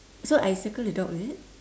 so I circle the dog is it